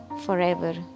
forever